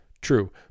True